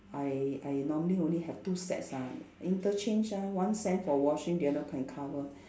I I normally only have two sets ah interchange ah one set for washing the other one can cover